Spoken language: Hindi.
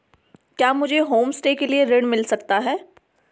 क्या मुझे होमस्टे के लिए ऋण मिल सकता है?